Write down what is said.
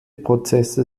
prozesse